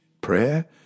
prayer